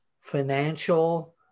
financial